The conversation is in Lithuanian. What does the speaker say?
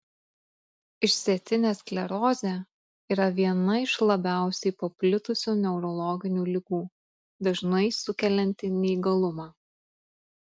išsėtinė sklerozė yra viena iš labiausiai paplitusių neurologinių ligų dažnai sukelianti neįgalumą